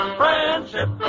friendship